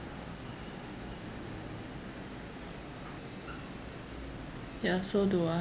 ya so do I